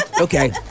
Okay